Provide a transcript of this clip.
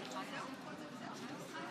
וכל זה על אירוע שקרה אתמול,